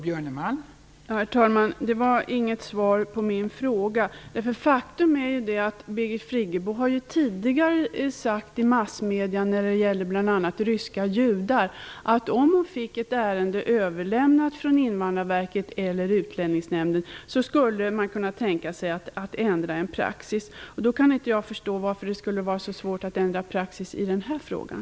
Fru talman! Det var inte något svar på min fråga. Faktum är att Birgit Friggebo i massmedia tidigare har sagt när det gäller bl.a. ryska judar, att om hon fick ett ärende överlämnat från Invandrarverket eller Utlänningsnämnden skulle hon kunna tänka sig att ändra praxis. Då kan jag inte förstå varför det skulle vara så svårt att ändra praxis i den här frågan.